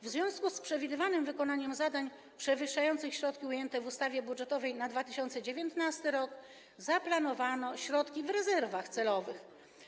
W związku z przewidywanym wykonaniem zadań przewyższających środki ujęte w ustawie budżetowej na 2019 r. zaplanowano środki w rezerwach celowych.